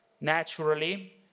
Naturally